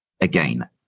again